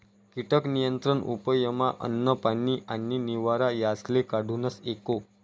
कीटक नियंत्रण उपयमा अन्न, पानी आणि निवारा यासले काढूनस एको